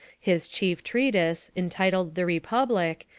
his chief treatise, entitled the republic,